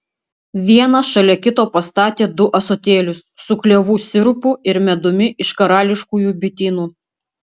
vieną šalia kito pastatė du ąsotėlius su klevų sirupu ir medumi iš karališkųjų bitynų